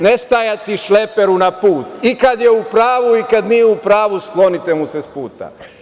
Ne stajati šleperu na put, i kada je upravu i kada nije upravu sklonite mu se sa puta.